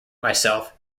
myself